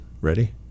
Ready